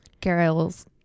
Carol's